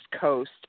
coast